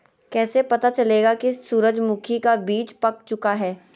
कैसे पता चलेगा की सूरजमुखी का बिज पाक चूका है?